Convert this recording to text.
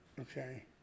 Okay